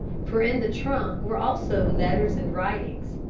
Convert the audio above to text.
for in the trunk were also letters and writings.